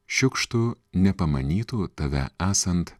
šiukštu nepamanytų tave esant